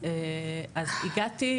אז הגעתי,